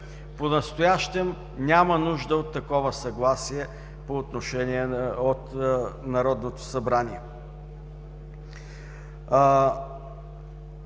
Понастоящем няма нужда от такова съгласие от Народното събрание.